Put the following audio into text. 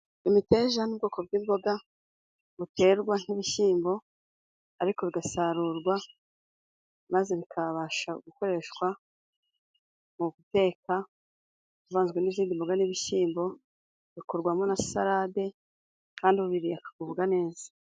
Imiteja ni ubwoko bw'imboga, buterwa nk'ibishyimbo ariko bigasarurwa, maze bikabasha gukoreshwa mu guteka bivanzwe n'izindi mboga n'ibishyimbo. Bikorwamo na salade kandi ubiriye akagubwa neza.